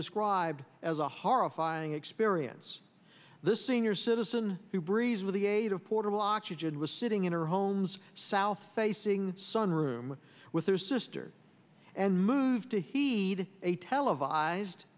described as a horrifying experience the senior citizen who breeze with the aid of portable oxygen was sitting in her home's south facing sun room with her sister and moved to heed a televised